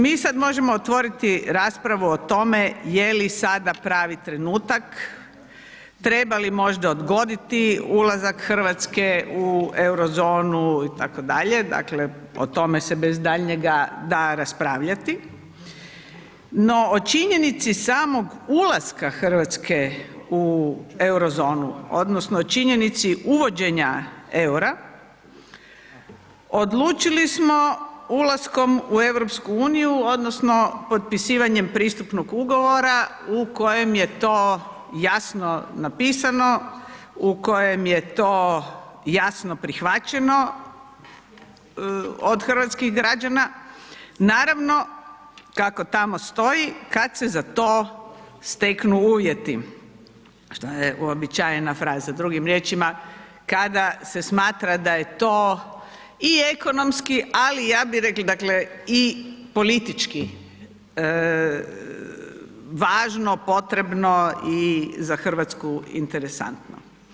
Mi sad možemo otvoriti raspravu o tome je li sada pravi trenutak, treba li možda odgoditi ulazak RH u Eurozonu itd., dakle o tome se bez daljnjega da raspravljati, no o činjenici samog ulaska RH u Eurozonu odnosno činjenici uvođenja EUR-a odlučili smo ulaskom u EU odnosno potpisivanjem pristupnog ugovora u kojem je to jasno napisano, u kojem je to jasno prihvaćeno od hrvatskih građana, naravno kako tamo stoji kad se za to steknu uvjeti, šta je uobičajena fraza, drugim riječima kada se smatra da je to i ekonomski, ali ja bi rekla dakle i politički važno, potrebno i za RH interesantno.